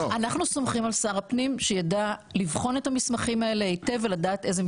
אנחנו סומכים על שר הפנים שידע לבחון את המסמכים האלה היטב ולדעת.